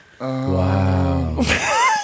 Wow